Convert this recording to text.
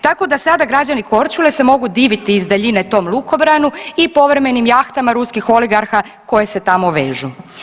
Tako da sada građani Korčule se mogu diviti iz daljine tom lukobranu i povremenim jahtama ruskih oligarha koje se tamo vežu.